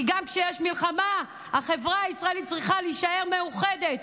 כי גם כשיש מלחמה החברה הישראלית צריכה להישאר מאוחדת.